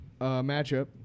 matchup